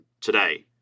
today